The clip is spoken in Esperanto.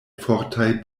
fortaj